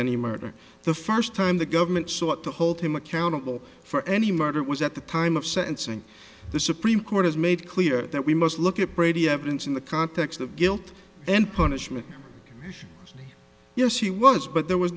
any murder the first time the government sought to hold him accountable for any murder was at the time of sentencing the supreme court has made clear that we must look at brady evidence in the context of guilt and punishment yes he was but there was